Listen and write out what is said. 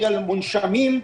מספר המונשמים,